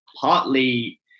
partly